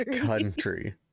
country